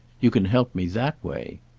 you can help me that way.